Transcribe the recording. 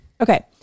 Okay